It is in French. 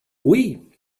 oui